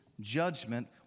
judgment